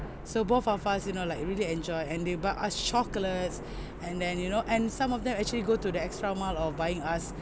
so both of us you know like really enjoyed and they buy as chocolates and then you know and some of them actually go to the extra mile of buying us